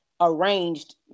arranged